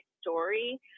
story